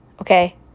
okay